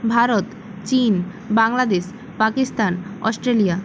ভারত চীন বাংলাদেশ পাকিস্তান অস্ট্রেলিয়া